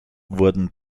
wurden